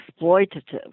exploitative